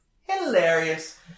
hilarious